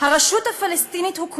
כבוד יושב-ראש הכנסת, ראש הממשלה, אני מקווה